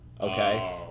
okay